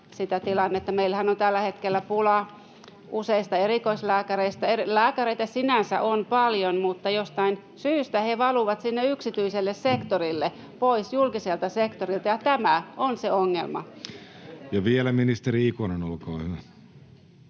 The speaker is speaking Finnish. Meillähän on tällä hetkellä pulaa useista erikoislääkäreistä. Lääkäreitä sinänsä on paljon, mutta jostain syystä he valuvat yksityiselle sektorille, pois julkiselta sektorilta. Tämä on se ongelma. [Speech 50] Speaker: Jussi